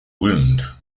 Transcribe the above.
wound